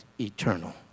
eternal